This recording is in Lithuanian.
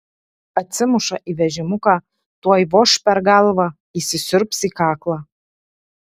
atsimuša į vežimuką tuoj voš per galvą įsisiurbs į kaklą